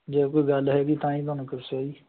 ਜੇ ਕੋਈ ਗੱਲ ਹੈਗੀ ਤਾਂ ਹੀ ਤੁਹਾਨੂੰ ਦੱਸਿਆ ਜੀ